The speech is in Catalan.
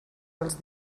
els